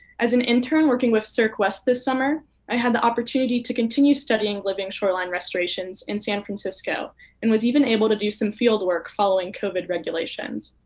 as an intern work being with serc west this summer i had the opportunity to continue studying living shoreline restorations in san francisco and was even able to do some field work following covid regulations.